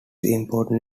important